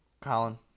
Colin